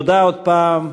תודה, עוד פעם,